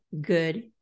good